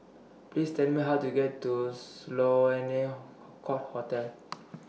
Please Tell Me How to get to Sloane Court Hotel